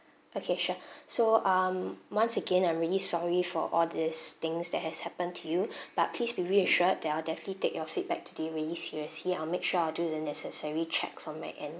okay sure so um once again I'm really sorry for all these things that has happened to you but please be reassured that I'll definitely take your feedback today really seriously I'll make sure I'll do the necessary checks on my end